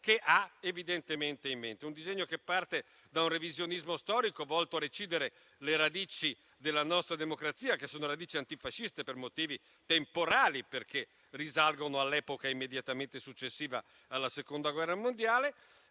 che hanno evidentemente in mente. È un disegno che parte da un revisionismo storico volto a recidere le radici della nostra democrazia, che sono radici antifasciste per motivi temporali, perché risalgono all'epoca immediatamente successiva alla Seconda guerra mondiale.